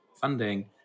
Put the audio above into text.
funding